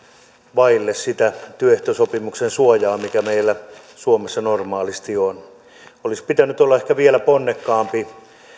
vaille sitä työehtosopimuksen suojaa mikä meillä suomessa normaalisti on olisi pitänyt olla ehkä vielä ponnekkaampi